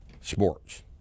sports